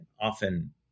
Often